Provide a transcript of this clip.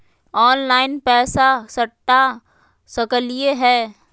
Online पैसा सटा सकलिय है?